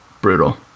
brutal